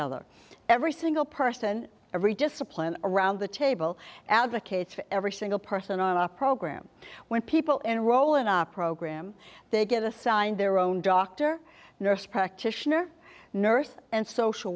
other every single person every discipline around the table advocates for every single person on our program when people enroll in our program they get assigned their own doctor nurse practitioner nurse and social